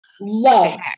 Love